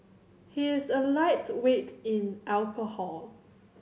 he is a lightweight in alcohol